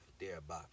thereby